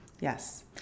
Yes